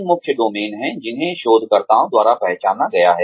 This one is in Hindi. तीन मुख्य डोमेन हैं जिन्हें शोधकर्ताओं द्वारा पहचाना गया है